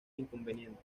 inconveniente